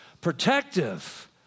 protective